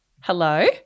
Hello